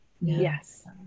Yes